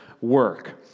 work